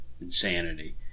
Insanity